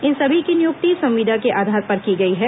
इन सभी की नियुक्ति संविदा के आधार पर की गई है